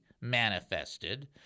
manifested